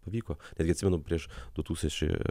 pavyko irgi atsimenu prieš du tūkstančiai